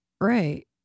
Right